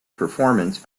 performance